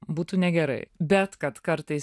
būtų negerai bet kad kartais